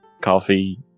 coffee